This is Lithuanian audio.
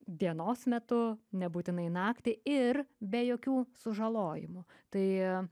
dienos metu nebūtinai naktį ir be jokių sužalojimų tai